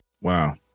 Wow